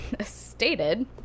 stated